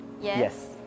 Yes